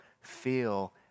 feel